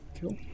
Cool